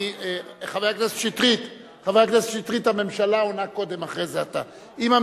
חבר הכנסת שטרית, הממשלה עונה קודם, אחרי זה אתה.